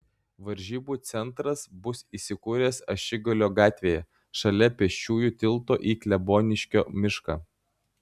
varžybų centras bus įsikūręs ašigalio gatvėje šalia pėsčiųjų tilto į kleboniškio mišką